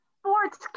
sports